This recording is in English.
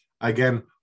again